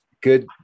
good